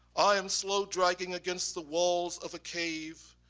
i am slow dragging against the walls of a cave,